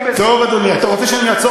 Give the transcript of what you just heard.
אתה וחבר שלך,